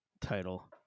title